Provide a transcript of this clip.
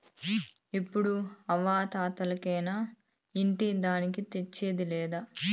ఎప్పుడూ అవ్వా తాతలకేనా ఇంటి దానికి తెచ్చేదా లేదా